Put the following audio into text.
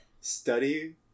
study